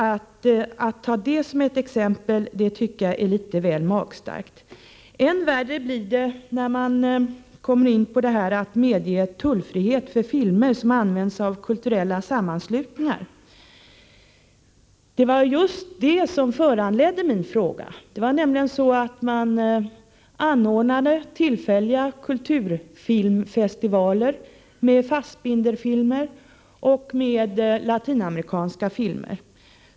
Att ta detta som ett exempel är litet väl magstarkt. Och än värre är det i fråga om tullfrihet för filmer som används av kulturella sammanslutningar. Det var just detta som föranledde min fråga. Det var nämligen så att det anordnades tillfälliga kulturfilmfestivaler med Fassbinderfilmer och latinamerikanska filmer.